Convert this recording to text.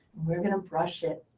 we're going to brush it.